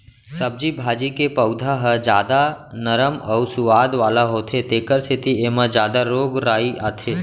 सब्जी भाजी के पउधा ह जादा नरम अउ सुवाद वाला होथे तेखर सेती एमा जादा रोग राई आथे